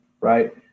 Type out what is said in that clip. Right